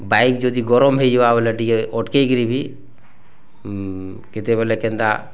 bike ଯଦି ଗରମ୍ ହେଇଯିବା ବୋଲେ ଟିକେ ଅଟକେଇକିରି ବି କେତେବେଳେ କେନ୍ତା